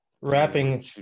Wrapping